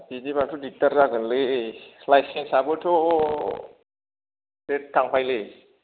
बिदिबाथ' दिगदार जागोनलै लाइसेन्स आबोथ' देत थांबायलै